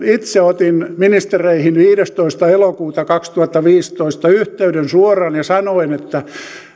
itse otin ministereihin viidestoista elokuuta kaksituhattaviisitoista yhteyden suoraan ja sanoin että